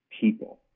people